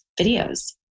videos